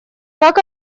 как